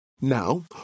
Now